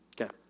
Okay